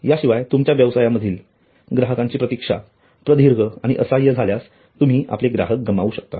या शिवाय तुमच्या व्यवसायामधील ग्राहकांची प्रतीक्षा प्रदीर्घ आणि असह्य झाल्यास तुम्ही आपले ग्राहक गमावू शकता